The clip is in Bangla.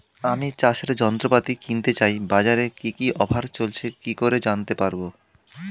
আমি চাষের যন্ত্রপাতি কিনতে চাই বাজারে কি কি অফার চলছে কি করে জানতে পারবো?